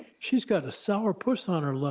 she's got a sour puss on her, like